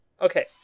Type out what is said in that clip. Okay